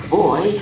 boy